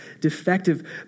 defective